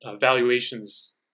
valuations